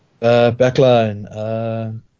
Backline